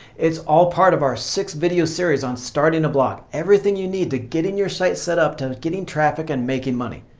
it's all part of our six-video series on starting a blog, everything you need from getting your site set up to getting traffic and making money.